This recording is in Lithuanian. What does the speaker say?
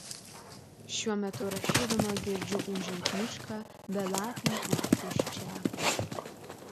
šiuo metu rašydama girdžiu ūžiant mišką belapį ir tuščią